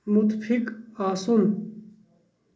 مُتفِق آسُن